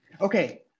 Okay